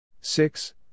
Six